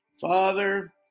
father